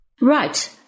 Right